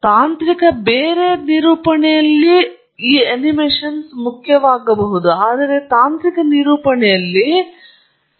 ಆದ್ದರಿಂದ ತಾಂತ್ರಿಕ ನಿರೂಪಣೆಯಲ್ಲಿ ಪ್ರಸ್ತುತಿಯ ಗಮನವು ವಿಷಯವಾಗಿರಬೇಕು ತಾಂತ್ರಿಕ ವಿಷಯ ನೀವು ಪ್ರಸ್ತುತಪಡಿಸುತ್ತಿರುವಿರಿ ವಿಶೇಷ ಪರಿಣಾಮಗಳು ಅದರಿಂದ ಗಮನವನ್ನು ಸೆಳೆಯುತ್ತವೆ